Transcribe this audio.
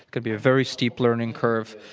could be a very steep learning curve.